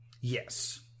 Yes